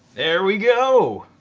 there we go.